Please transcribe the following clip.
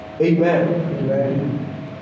Amen